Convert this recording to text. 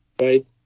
right